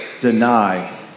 deny